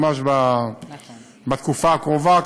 ממש בתקופה הקרובה,